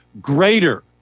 greater